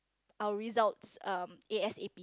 our results um A_S_A_P